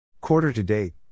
Quarter-to-date